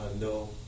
no